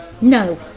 no